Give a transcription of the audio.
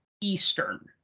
Eastern